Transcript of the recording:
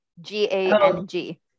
G-A-N-G